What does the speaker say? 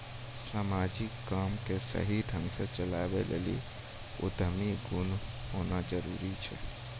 समाजिक काम के सही ढंग से चलावै लेली उद्यमी गुण होना जरूरी हुवै छै